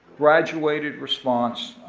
graduated response,